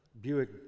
Buick